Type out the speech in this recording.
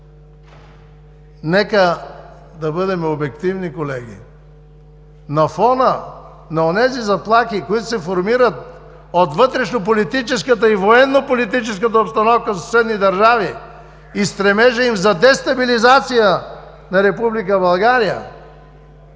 Нека да бъдем обективни, колеги! На фона на онези заплахи, които се формират от вътрешнополитическата и военно-политическата обстановка в съседни държави и стремежът им за дестабилизация на Република България,